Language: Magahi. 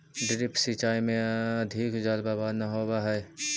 ड्रिप सिंचाई में अधिक जल बर्बाद न होवऽ हइ